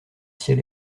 ciel